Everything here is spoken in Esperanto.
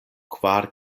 kvar